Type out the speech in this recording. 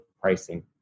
pricing